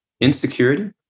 insecurity